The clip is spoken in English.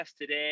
today